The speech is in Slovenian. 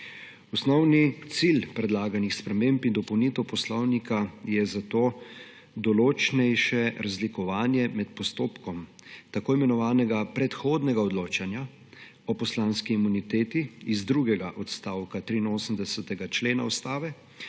Osnovni cilj predlaganih sprememb in dopolnitev Poslovnika je zato določnejše razlikovanje med postopkom tako imenovanega predhodnega odločanja o poslanski imuniteti iz drugega odstavka 83. člena Ustave